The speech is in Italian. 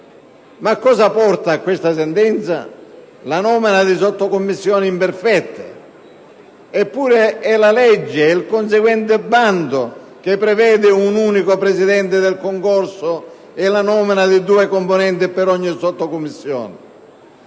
Ma cosa porta a questa sentenza? La nomina di sottocommissioni imperfette. Eppure è la legge e il conseguente bando che prevede un unico presidente del concorso e la nomina di due componenti per ogni sottocommissione.